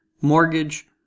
Mortgage